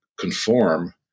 conform